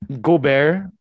Gobert